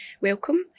Welcome